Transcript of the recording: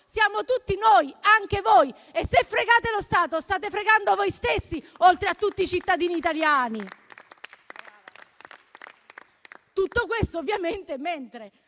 siamo tutti noi, anche voi. E, se fregate lo Stato, state fregando voi stessi, oltre a tutti i cittadini italiani. Tutto questo, ovviamente, mentre